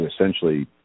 essentially